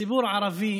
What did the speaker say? הציבור הערבי